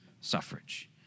suffrage